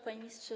Panie Ministrze!